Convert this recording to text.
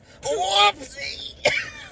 Whoopsie